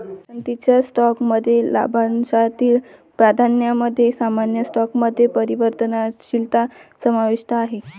पसंतीच्या स्टॉकमध्ये लाभांशातील प्राधान्यामध्ये सामान्य स्टॉकमध्ये परिवर्तनशीलता समाविष्ट आहे